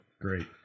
Great